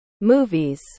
movies